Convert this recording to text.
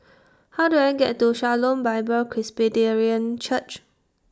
How Do I get to Shalom Bible Presbyterian Church